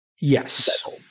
Yes